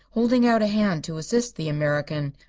holding out a hand to assist the american.